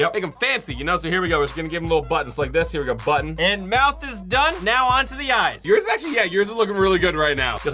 yeah like him fancy, you know, so here we go. just gonna give him little buttons, like this. here we go, button. and mouth is done, now on to the eyes. yours, actually, yeah, yours is looking really good right now. just